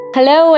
Hello